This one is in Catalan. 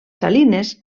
salines